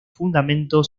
fundamento